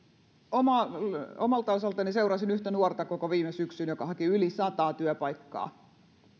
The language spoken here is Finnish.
omalta omalta osaltani seurasin koko viime syksyn yhtä nuorta joka haki yli sataa työpaikkaa